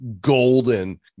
golden